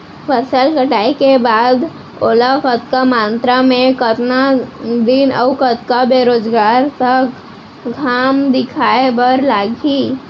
फसल कटाई के बाद ओला कतका मात्रा मे, कतका दिन अऊ कतका बेरोजगार तक घाम दिखाए बर लागही?